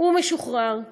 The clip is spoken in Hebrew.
הוא משוחרר,